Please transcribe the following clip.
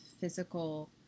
physical